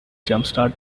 jumpstart